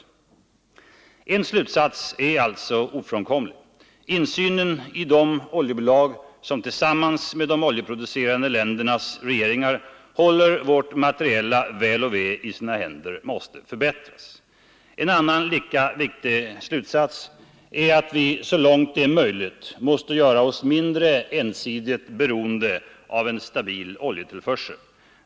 Detta leder till slutsatsen att insynen i de oljebolag som tillsammans med de oljeproducerande ländernas regeringar håller vårt materiella väl och ve i sina händer måste förbättras. En annan lika viktig slutsats är att vi så långt det är möjligt måste göra oss mindre ensidigt beroende av en stabil oljetillförsel.